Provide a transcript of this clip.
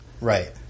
Right